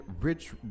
rich